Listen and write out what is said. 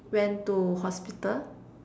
went to hospital